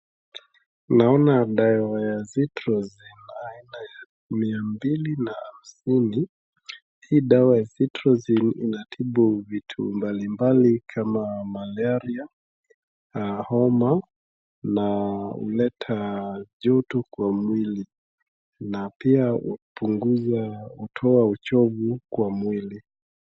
Naona dawa ya Cetirizine aina ya mia mbili na hamsini. Hii dawa ya Cetirizine inatibu vitu mbalimbali kama malaria, homa, na huleta joto kwa mwili. Na pia hupunguza kutoa uchovu kwa mwili.